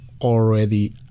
already